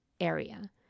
area